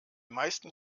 meisten